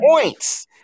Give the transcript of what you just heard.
points